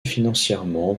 financièrement